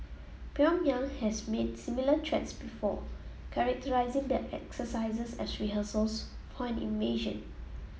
Pyongyang has made similar threats before characterising the exercises as rehearsals for an invasion